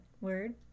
word